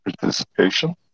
participation